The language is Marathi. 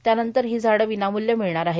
त्यानंतर ही झाडे विनामूल्य मिळणार आहेत